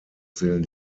zählen